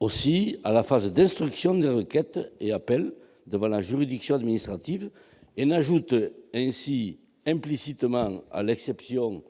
aussi à la phase d'instruction des requêtes et appels devant la juridiction administrative et n'ajoutent ainsi implicitement, à l'exception